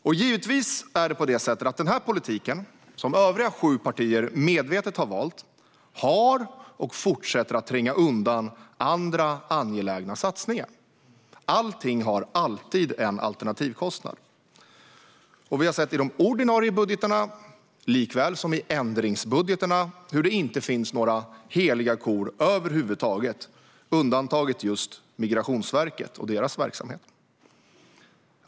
Det är givetvis så att denna politik, som övriga sju partier medvetet har valt, har trängt undan och fortsätter att tränga undan andra angelägna satsningar. Allting har alltid en alternativkostnad. Vi har i de ordinarie budgetarna liksom i ändringsbudgetarna sett att det inte finns några heliga kor över huvud taget, med undantag för just Migrationsverket och deras verksamhet.